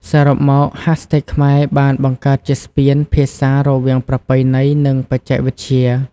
សរុបមក ហាស់ ថេកខ្មែរបានបង្កើតជាស្ពានភាសារវាងប្រពៃណី និងបច្ចេកវិទ្យា។